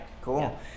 Cool